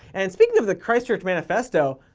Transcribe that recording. and speaking of the christchurch manifesto,